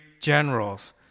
generals